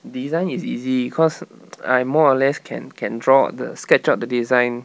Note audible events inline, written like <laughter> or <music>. design is easy cause <noise> I more or less can can draw the sketch up the design